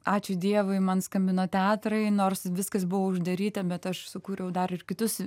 ačiū dievui man skambino į teatrą nors viskas buvo uždaryta bet aš sukūriau dar ir kitus